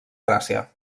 gràcia